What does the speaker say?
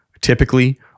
typically